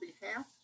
behalf